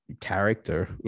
character